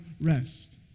rest